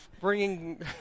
bringing